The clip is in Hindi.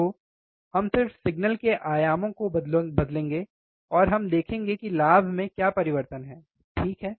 तो हम सिर्फ सिग्नल के आयाम को बदलेंगे और हम देखेंगे कि लाभ में क्या परिवर्तन है ठीक है